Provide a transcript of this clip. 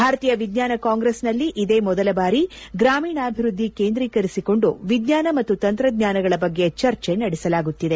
ಭಾರತೀಯ ವಿಜ್ಞಾನ ಕಾಂಗ್ರೆಸ್ನಲ್ಲಿ ಇದೇ ಮೊದಲ ಬಾರಿ ಗ್ರಮೀಣಾಭಿವೃದ್ಧಿ ಕೇಂದ್ರಿಕರಿಸಿಕೊಂಡು ವಿಜ್ಞಾನ ಮತ್ತು ತಂತ್ರಜ್ಞಾನಗಳ ಬಗ್ಗೆ ಚರ್ಚೆ ನಡೆಸಲಾಗುತ್ತಿದೆ